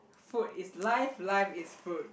food is life life is food